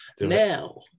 Now